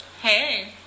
Hey